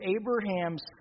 Abraham's